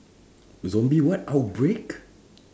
zombie what outbreak